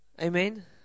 Amen